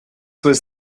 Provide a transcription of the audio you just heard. was